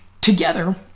together